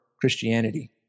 Christianity